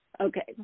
Okay